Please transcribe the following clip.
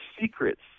secrets